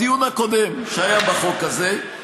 בדיון הקודם שהיה בחוק הזה.